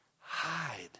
hide